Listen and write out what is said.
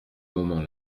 moment